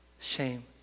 shame